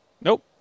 Nope